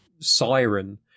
siren